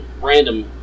random